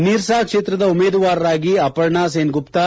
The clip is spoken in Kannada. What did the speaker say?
ನಿರ್ಸಾ ಕ್ಷೇತ್ರದ ಉಮೇದುವಾರರಾಗಿ ಅಪರ್ಣಾ ಸೇನ್ಗುಪ್ರಾ